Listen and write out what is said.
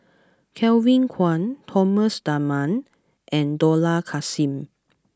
Kevin Kwan Thomas Dunman and Dollah Kassim